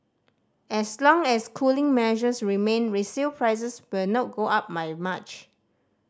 as long as cooling measures remain resale prices will not go up my much